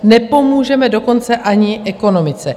Nepomůžeme dokonce ani ekonomice.